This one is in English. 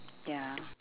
ya